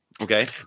Okay